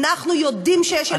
אנחנו יודעים שיש ילדים בסיכון,